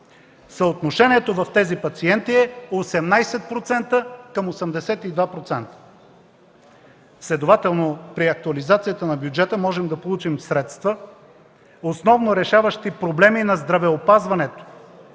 Съотношението в тези пациенти е 18:82%. Следователно, при актуализацията на бюджета можем да получим средства, основно решаващи проблеми на здравеопазването